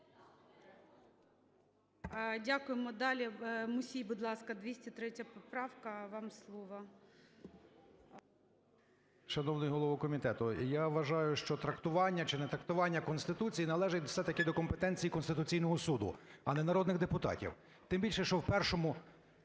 Дякуємо. Далі. Мусій, будь ласка, 203 поправка. Вам слово. 13:23:57 МУСІЙ О.С. Шановний голово комітету, я вважаю, що трактування чинетрактування Конституції належить все-таки до компетенції Конституційного Суду, а не народних депутатів. Тим більше, що в першому